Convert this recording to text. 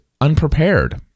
unprepared